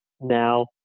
now